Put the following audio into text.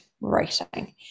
writing